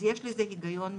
אז יש לזה היגיון מקצועי,